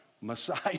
Messiah